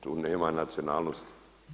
Tu nema nacionalnosti.